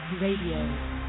Radio